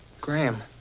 Graham